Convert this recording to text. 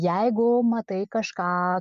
jeigu matai kažką